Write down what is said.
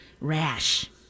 rash